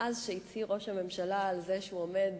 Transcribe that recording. מאז הצהיר ראש הממשלה שהוא עומד